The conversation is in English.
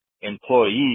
employees